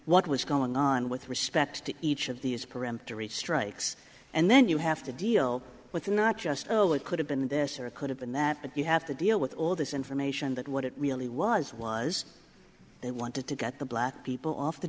what was going on with respect to each of these peremptory strikes and then you have to deal with not just oh it could have been this or it could have been that but you have to deal with all this information that what it really was was they wanted to get the black people off the